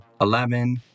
eleven